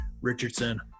Richardson